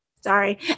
Sorry